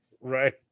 right